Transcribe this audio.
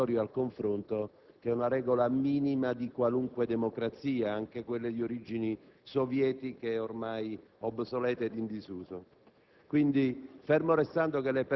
esercitare quel diritto al contraddittorio e al confronto che è una regola minima di qualunque democrazia, anche di quelle di origini sovietiche, ormai obsolete ed in disuso.